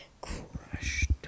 crushed